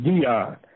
Dion